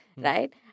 Right